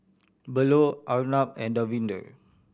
Bellur Arnab and Davinder